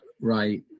right